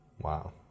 Wow